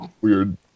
weird